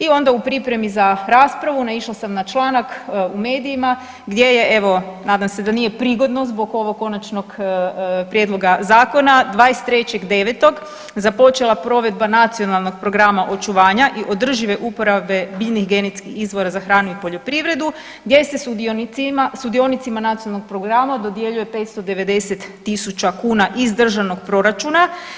I onda u pripremi za raspravu naišla sam na članak u medijima gdje je evo, nadam se da nije prigodno zbog ovog Konačnog prijedloga zakona 23. 9. započela provedba Nacionalnog programa očuvanja i održive uporabe biljnih genetskih izvora za hranu i poljoprivredu gdje se sudionicima Nacionalnog programa dodjeljuje 590 tisuća kuna iz državnog proračuna.